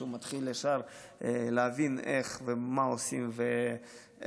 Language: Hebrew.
ראיתי שהוא מתחיל ישר להבין איך ומה עושים ואיך